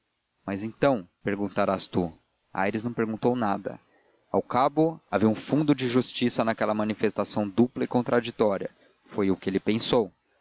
mas então perguntarás tu aires não perguntou nada ao cabo havia um fundo de justiça naquela manifestação dupla e contraditória foi o que ele pensou